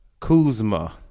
Kuzma